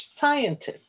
scientist